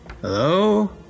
Hello